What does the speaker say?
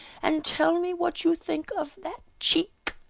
and tell me what you think of that cheek.